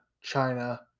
China